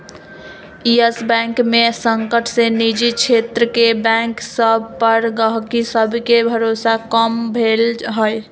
इयस Bank के संकट से निजी क्षेत्र के बैंक सभ पर गहकी सभके भरोसा कम भेलइ ह